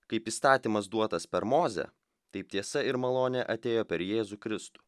kaip įstatymas duotas per mozę taip tiesa ir malonė atėjo per jėzų kristų